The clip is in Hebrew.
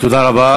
תודה רבה.